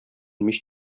мич